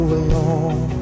alone